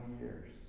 years